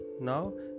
now